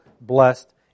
blessed